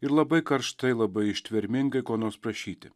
ir labai karštai labai ištvermingai ko nors prašyti